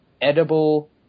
edible